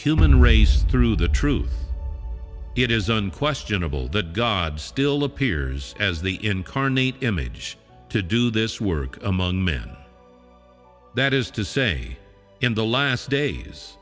human race through the true it is unquestionable that god still appears as the incarnate image to do this work among men that is to say in the last days